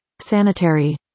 sanitary